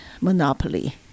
monopoly